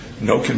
no